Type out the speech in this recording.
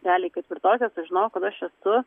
dalį ketvirtosios aš žinojau kada aš esu